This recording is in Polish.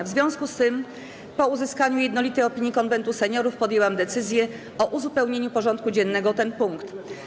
W związku z tym, po uzyskaniu jednolitej opinii Konwentu Seniorów, podjęłam decyzję o uzupełnieniu porządku dziennego o ten punkt.